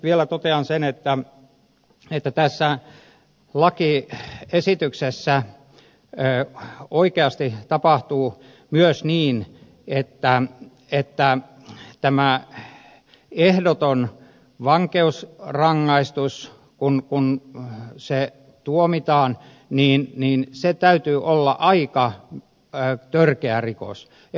vielä totean sen että tässä lakiesityksessä oikeasti tapahtuu myös niin että tämän ehdottoman vankeusrangaistuksen kun se tuomitaan täytyy olla aika törkeästä rikoksesta